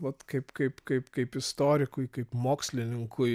vat kaip kaip kaip kaip istorikui kaip mokslininkui